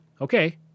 Okay